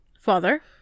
father